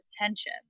attention